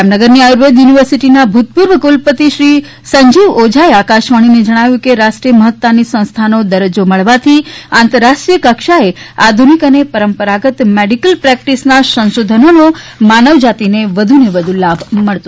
જામનગરની આયુર્વેદ યુનિવર્સીટી ના ભૂતપૂર્વ કુલપતિ શ્રી સંજીવ ઓઝાએ આકાશવાણીને જણાવ્યુ કે રાષ્ટ્રીય મહતાની સંસ્થાનો દરજજો મળવાથી આતંરરાષ્ટ્રીય કક્ષાએ આધુનિક અને પરંપરાગત મેડીકલ પ્રેકટીસના સંશોધનોનો માનવજાતિને વધુને વધુ લાભ મળશે